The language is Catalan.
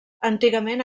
antigament